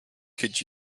could